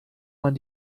man